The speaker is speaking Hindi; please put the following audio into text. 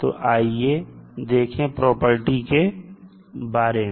तो आइए देखें प्रॉपर्टी के बारे में